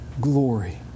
glory